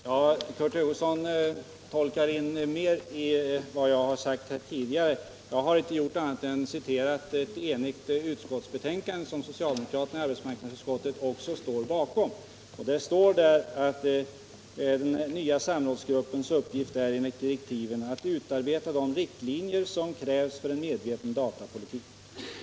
Herr talman! Kurt Hugosson tolkar in mer i mitt inlägg än vad jag har sagt. Jag har bara citerat ett enigt utskottsbetänkande som socialdemokraterna i arbetsmarknadsutskottet också står bakom. Det står där: ”Den nya samrådsgruppens uppgift är enligt direktiven att utarbeta riktlinjer som krävs för en medveten datapolitik.